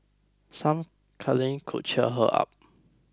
some cuddling could cheer her up